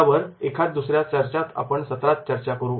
यावर आपण दुसऱ्या एखाद्या सत्रात चर्चा करू